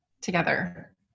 together